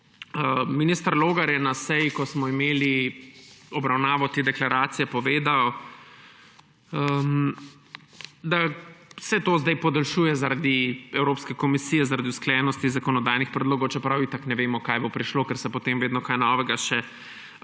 Minister Logar je na seji, ko smo imeli obravnavo te deklaracije, povedal, da se to zdaj podaljšuje zaradi Evropske komisije, zaradi usklajenosti zakonodajnih predlogov, čeprav itak ne vemo, kaj bo prišlo, ker se potem vedno kaj novega še